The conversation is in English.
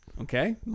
Okay